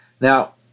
Now